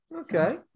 Okay